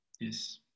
Yes